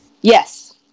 Yes